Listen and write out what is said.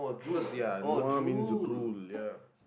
because they are nua mean drools ya